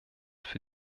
für